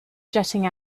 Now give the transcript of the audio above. jetting